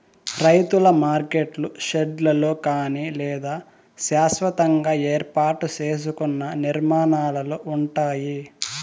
రైతుల మార్కెట్లు షెడ్లలో కానీ లేదా శాస్వతంగా ఏర్పాటు సేసుకున్న నిర్మాణాలలో ఉంటాయి